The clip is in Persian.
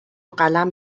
قلم